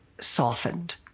softened